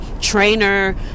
trainer